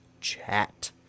chat